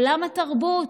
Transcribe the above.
עולם התרבות,